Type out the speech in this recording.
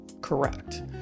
Correct